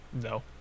No